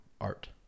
art